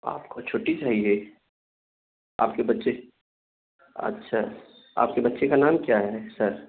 آپ کو چھٹی چاہیے آپ کے بچے اچھا آپ کے بچے کا نام کیا ہے سر